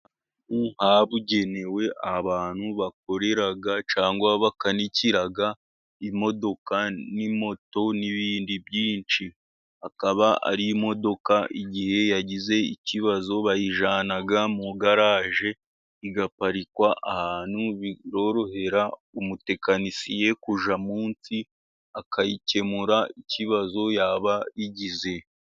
Ahantu habugenewe abantu bakorera cyangwa bakanikira imodoka n'imoto n'ibindi byinshi. Akaba ari imodoka igihe yagize ikibazo bayijyana mu garaje, igaparikwa ahantu birorohera umutekinisiye kujya munsi akayikemurira ikibazo yaba igize.